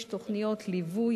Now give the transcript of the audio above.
יש תוכניות ליווי,